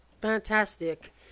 fantastic